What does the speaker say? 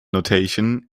notation